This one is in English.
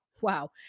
wow